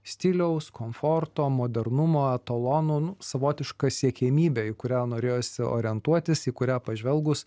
stiliaus komforto modernumo etalonu savotiška siekiamybe į kurią norėjosi orientuotis į kurią pažvelgus